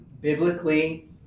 biblically